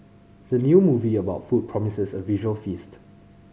the new movie about food promises a visual feast